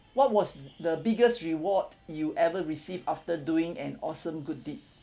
what was th~ the biggest reward you ever received after doing an awesome good deed